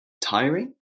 tiring